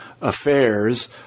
affairs